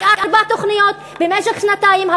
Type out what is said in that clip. רק ארבע תוכניות במשך שנתיים.